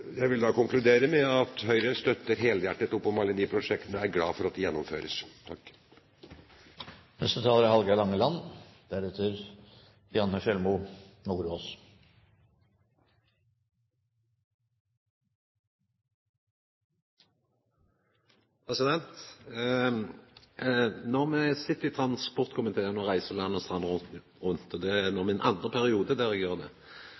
jeg vil konkludere med at Høyre støtter helhjertet opp om alle disse prosjektene og er glad for at de gjennomføres. Når me i transportkomiteen reiser land og strand rundt – og det er no min andre periode der – så er det